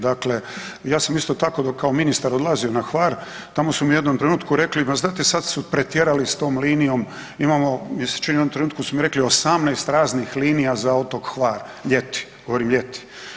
Dakle, ja sam isto tako kao ministar odlazio na Hvar, tamo su mi u jednom trenutku rekli ma znate, sad su pretjerali s tom linijom, imamo mi se čini u ovom trenutku su mi rekli 18 raznih linija za otok Hvar ljeti, govorim ljeti.